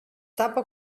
tapa